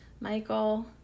Michael